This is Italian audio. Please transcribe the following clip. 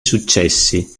successi